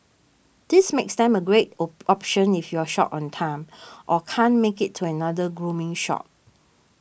this makes them a great opt option if you're short on time or can't make it to another grooming shop